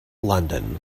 london